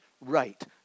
right